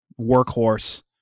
workhorse